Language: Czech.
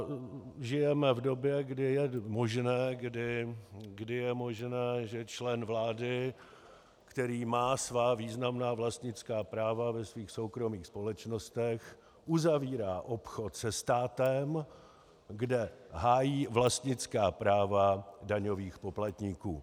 A žijeme v době, kdy je možné, že člen vlády, který má svá významná vlastnická práva ve svých soukromých společnostech, uzavírá obchod se státem, kde hájí vlastnická práva daňových poplatníků.